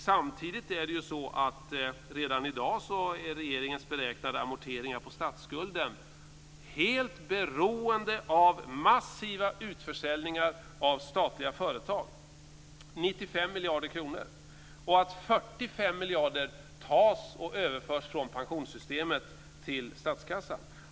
Samtidigt är det så att regeringens beräknade amorteringar på statsskulden redan i dag är helt beroende av massiva utförsäljningar av statliga företag - 95 miljarder kronor - och av att 45 miljarder överförs från pensionssystemet till statskassan.